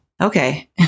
Okay